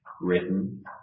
written